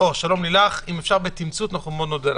שלום, לילך, אם אפשר בתמצות, אנחנו מאוד נודה לך.